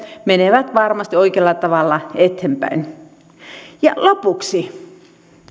menevät varmasti oikealla tavalla eteenpäin lopuksi